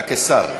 היה כְּשר.